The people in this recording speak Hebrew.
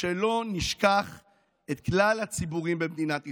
שלא נשכח את כלל הציבורים במדינת ישראל,